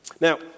Now